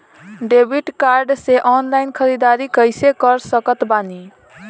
Debit card से online ख़रीदारी कैसे कर सकत बानी?